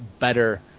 better